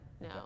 No